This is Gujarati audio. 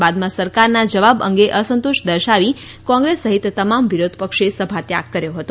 બાદમાં સરકારના જવાબ અંગે અસંતોષ દર્શાવી કોંગ્રેસ સહિત તમામ વિરોધપક્ષે સભાત્યાગ કર્યો હતો